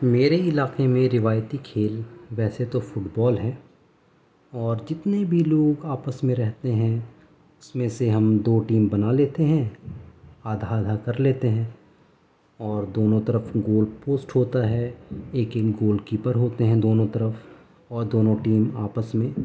میرے علاقے میں روایتی کھیل ویسے تو فٹ بال ہے اور جتنے بھی لوگ آپس میں رہتے ہیں اس میں سے ہم دو ٹیم بنا لیتے ہیں آدھا آدھا کر لیتے ہیں اور دونوں طرف گول پوسٹ ہوتا ہے ایک ایک گول کیپر ہوتے ہیں دونوں طرف اور دونوں ٹیم آپس میں